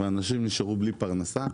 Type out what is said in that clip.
ואנשים נשארו בלי פרנסה.